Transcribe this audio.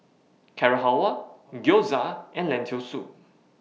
Carrot Halwa Gyoza and Lentil Soup